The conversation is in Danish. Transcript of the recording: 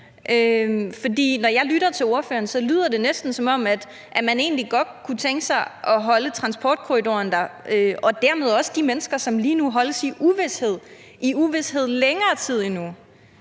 Når jeg lytter til ordføreren, lyder det næsten, som om at man egentlig godt kunne tænke sig at holde transportkorridoren – og dermed også de mennesker, der lige nu holdes i uvished – i uvished længere tid endnu,